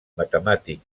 matemàtic